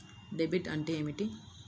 Debit అంటే ఏమిటి?